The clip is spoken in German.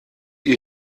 ihr